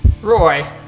Roy